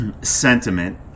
sentiment